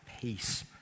peace